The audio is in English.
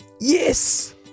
Yes